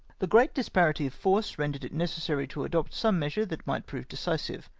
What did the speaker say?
the great disparity of force rendered it necessary to adopt some measure that might prove decisive.